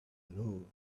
alone